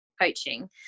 coaching